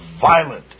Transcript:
violent